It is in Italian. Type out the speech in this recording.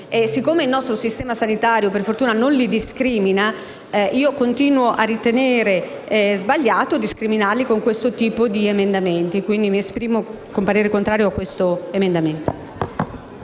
Siccome il nostro sistema sanitario, per fortuna, non li discrimina, continuo a ritenere sbagliato discriminarli con questo tipo di emendamenti. Annuncio quindi il voto contrario su questo emendamento.